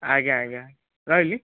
ଆଜ୍ଞା ଆଜ୍ଞା ରହିଲି